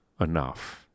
enough